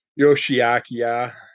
Yoshiakiya